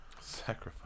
Sacrifice